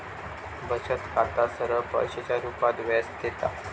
बचत खाता सरळ पैशाच्या रुपात व्याज देता